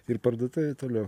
ir parduotuvė toliau